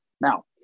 Now